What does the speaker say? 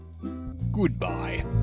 Goodbye